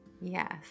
Yes